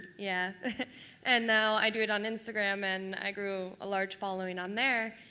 yeah and now i do it on instagram and i grew a large following on there.